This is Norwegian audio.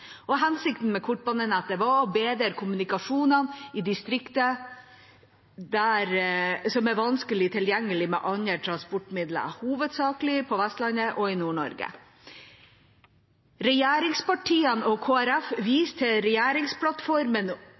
1971. Hensikten med kortbanenettet var å bedre kommunikasjonen i distriktene som er vanskelig tilgjengelig med andre transportmidler, hovedsakelig på Vestlandet og i Nord-Norge. Regjeringspartiene og Kristelig Folkeparti viser til regjeringsplattformen